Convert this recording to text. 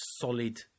solid